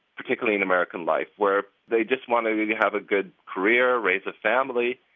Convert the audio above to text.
particularly in american life, where they just want to have a good career, raise a family